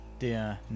der